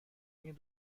این